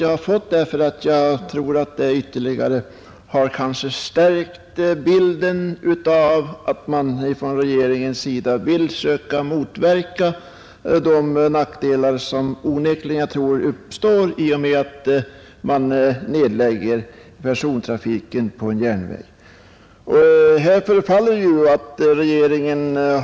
Det bidrog säkerligen till att ytterligare stärka uppfattningen att man i regeringen vill försöka motverka de nackdelar som onekligen uppstår när persontrafiken på en järnväg läggs ned.